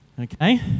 okay